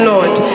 Lord